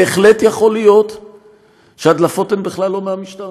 בהחלט יכול להיות שההדלפות הן בכלל לא מהמשטרה.